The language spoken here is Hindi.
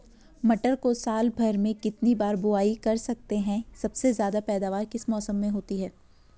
मटर को साल भर में कितनी बार बुआई कर सकते हैं सबसे ज़्यादा पैदावार किस मौसम में होती है?